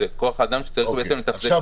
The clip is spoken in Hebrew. זה כוח האדם שצריך לתחזק את הנושא הזה.